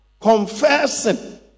confessing